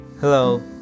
Hello